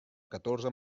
catorze